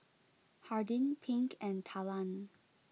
Hardin Pink and Talan